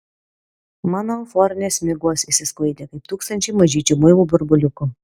mano euforinės miglos išsisklaidė kaip tūkstančiai mažyčių muilo burbuliukų